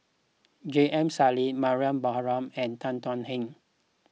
J M Sali Mariam Baharom and Tan Thuan Heng